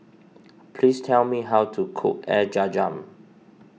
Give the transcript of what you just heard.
please tell me how to cook Air Zam Zam